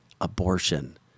abortion